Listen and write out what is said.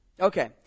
Okay